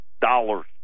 dollars